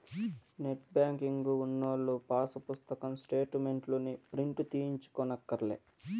net banking ఉన్నోల్లు pass పుస్తకం స్టేటు మెంట్లుని ప్రింటు తీయించుకోనక్కర్లే